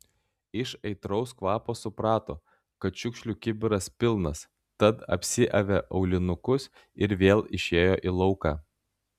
iš aitraus kvapo suprato kad šiukšlių kibiras pilnas tad apsiavė aulinukus ir vėl išėjo į lauką